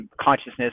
consciousness